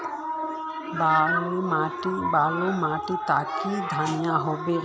बाली माटी तई की धनिया होबे?